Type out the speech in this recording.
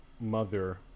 mother